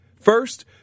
First